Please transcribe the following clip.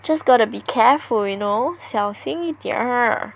just gonna be careful you know 小心一点儿